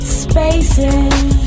spaces